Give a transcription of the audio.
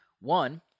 One